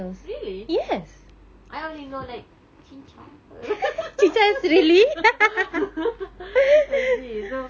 really I only know like I see so